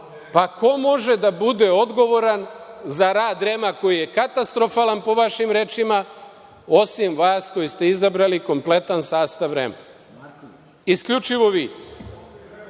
Ko može da bude odgovoran za rad REM-a koji je katastrofalan, po vašim rečima, osim vas koji ste izabrali kompletan sastav REM-a? Isključivo vi. Vi